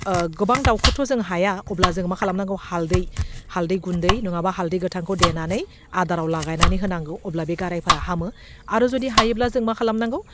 गोबां दाउखौथ' जों हाया अब्ला जों मा खालामनांगौ हालदै हालदै गुन्दै नङाबा हालदै गोथांखौ देनानै आदाराव लागायनानै होनांगौ अब्ला बे गाराइफोरा हामो आरो जुदि हायोब्ला जों मा खालामनांगौ